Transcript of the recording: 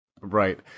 Right